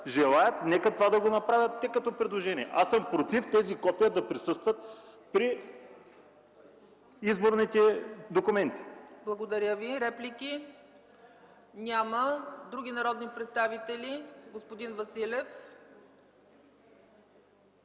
желаят, нека да го направят те като предложение. Аз съм против тези копия да присъстват при изборните документи. ПРЕДСЕДАТЕЛ ЦЕЦА ЦАЧЕВА: Благодаря Ви. Реплики? Няма. Други народни представители? Господин Василев,